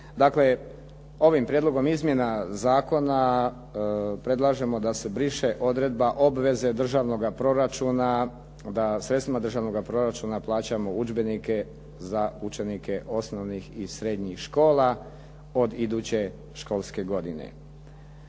Dakle, ovim prijedlogom izmjena zakona predlažemo da se briše odredba obveze državnoga proračuna, da sredstvima državnoga proračuna plaćamo udžbenike za učenike osnovnih i srednjih škola od iduće školske godine.